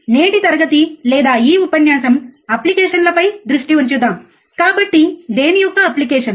కాబట్టి నేటి తరగతి లేదా ఈ ఉపన్యాసం అప్లికేషన్ లపై దృష్టి ఉంచుదాం కాబట్టి దేని యొక్క అప్లికేషన్